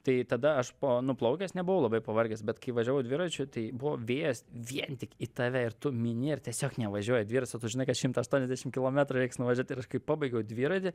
tai tada aš po nuplaukęs nebuvau labai pavargęs bet kai važiavau dviračiu tai buvo vėjas vien tik į tave ir tu mini ir tiesiog nevažiuoja dviratis o tu žinai kas šimtą aštuoniasdešim kilometrų reiks nuvažiuot ir aš kai pabaigiau dviratį